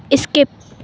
skip